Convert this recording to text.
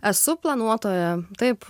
esu planuotoja taip